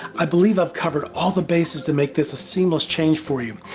i've believe i've covered all the bases to make this a seamless change for you.